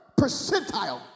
percentile